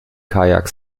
kajak